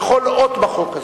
בכל אות בחוק הזה.